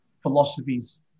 philosophies